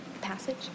passage